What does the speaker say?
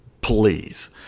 Please